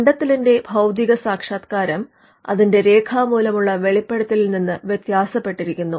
കണ്ടെത്തലിന്റെ ഭൌതികസാക്ഷാത്കാരം അതിന്റെ രേഖാമൂലമുള്ള വെളിപ്പെടുത്തലിൽ നിന്ന് വത്യാസപ്പെട്ടിരിക്കുന്നു